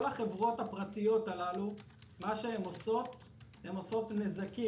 כל החברות הפרטיות הללו עושות נזקים.